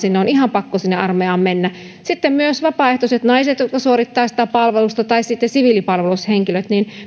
sinne armeijaan on ihan pakko mennä sitten unohdettiin myös vapaaehtoiset naiset jotka suorittavat sitä palvelusta ja siviilipalvelushenkilöt